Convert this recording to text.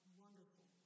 wonderful